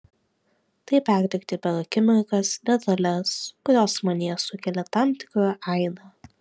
tai perteikti per akimirkas detales kurios manyje sukelia tam tikrą aidą